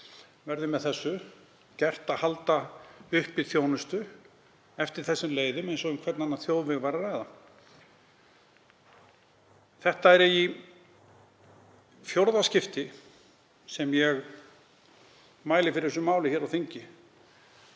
verði með því gert að halda uppi þjónustu eftir þessum leiðum eins og um hvern annan þjóðveg væri að ræða. Þetta er í fjórða skipti sem ég mæli fyrir þessu máli hér á þingi.